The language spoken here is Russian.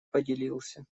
поделился